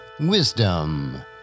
Wisdom